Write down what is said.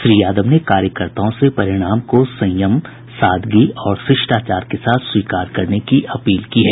श्री यादव ने कार्यकर्ताओं से परिणाम को संयम सादगी और शिष्टाचार के साथ स्वीकार करने की अपील की है